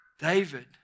David